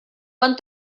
van